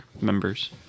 members